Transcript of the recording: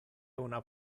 una